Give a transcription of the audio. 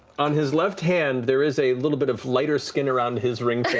on his left hand there is a little bit of lighter skin around his ring